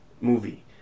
movie